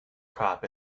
crop